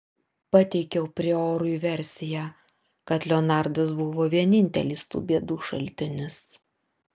pateikiau priorui versiją kad leonardas buvo vienintelis tų bėdų šaltinis